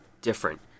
different